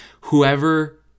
Whoever